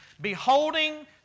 beholding